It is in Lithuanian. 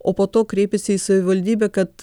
o po to kreipėsi į savivaldybę kad